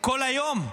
כל היום?